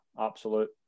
absolute